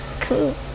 Cool